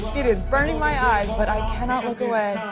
it is burning my eyes. but i cannot look away